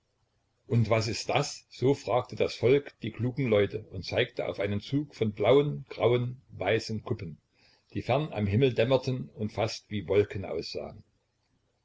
und was ist das so fragte das volk die klugen leute und zeigte auf einen zug von blauen grauen weißen kuppen die fern am himmel dämmerten und fast wie wolken aussahn